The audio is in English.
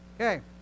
Okay